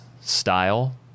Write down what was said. style